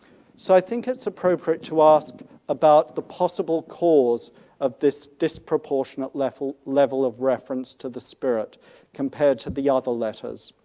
so i think it's appropriate to ask about the possible cause of this disproportionate level level of reference to the spirit compared to the ah other letters.